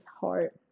heart